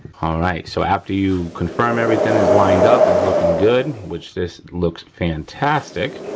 all right, so after you confirm everything is lined up and looking good, which this looks fantastic.